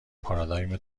پارادایم